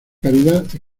caridad